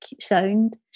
sound